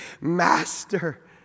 master